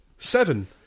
Seven